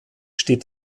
steht